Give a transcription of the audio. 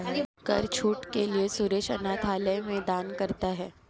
कर छूट के लिए सुरेश अनाथालय में दान करता है